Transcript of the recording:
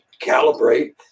calibrate